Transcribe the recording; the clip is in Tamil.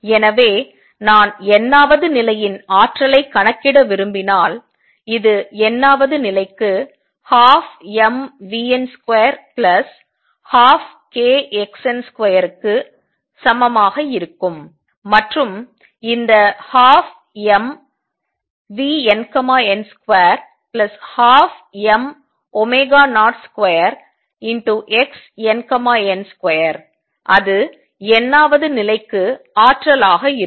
எனவே நான் n ஆவது நிலையின் ஆற்றலை கணக்கிட விரும்பினால் இது n ஆவது நிலைக்கு 12mvn2 12kxn2 க்கு சமமாக இருக்கும் மற்றும் இந்த 12mvnn2 12m02xnn2 அது n ஆவது நிலைக்கு ஆற்றலாக இருக்கும்